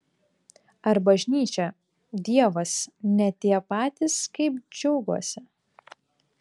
ar bažnyčia dievas ne tie patys kaip džiuguose